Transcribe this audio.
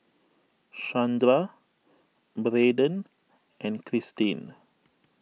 Shandra Braden and Christin